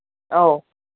ꯑꯧ